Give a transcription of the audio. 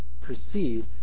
proceed